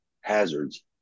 hazards